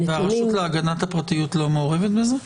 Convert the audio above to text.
הרשות להגנת הפרטיות לא מעורבת בזה?